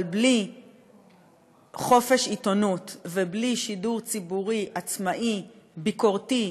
אבל בלי חופש עיתונות ובלי שידור ציבורי עצמאי וביקורתי,